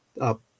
up